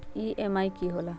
EMI की होला?